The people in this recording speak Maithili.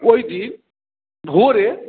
ओहि दिन भोरे